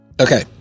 Okay